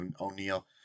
o'neill